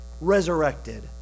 resurrected